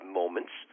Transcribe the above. moments